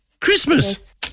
Christmas